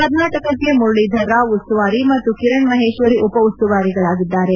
ಕರ್ನಾಟಕಕ್ಕೆ ಮುರಳೀಧರ್ ರಾವ್ ಉಸ್ತುವಾರಿ ಮತ್ತು ಕಿರಣ್ ಮಹೇಶ್ವರಿ ಉಪ ಉಸ್ತುವಾರಿಗಳಾಗಿದ್ದಾರೆ